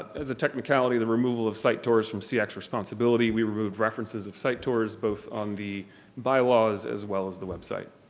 as a technicality, the removal of sight tours from seac's responsibility. we removed references of site tours both on the bylaws as well as the website.